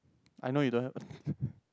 I know you don't have